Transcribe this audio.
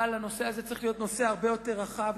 אבל הנושא הזה צריך להיות הרבה יותר רחב.